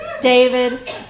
David